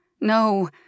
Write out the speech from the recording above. no